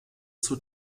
zur